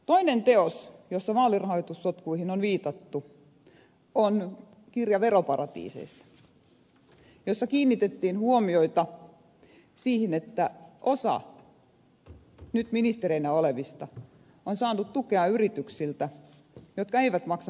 toinen teos jossa vaalirahoitussotkuihin on viitattu on kirja veroparatiiseista jossa kiinnitettiin huomiota siihen että osa nyt ministereinä olevista on saanut tukea yrityksiltä jotka eivät maksa verojaan suomeen